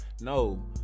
No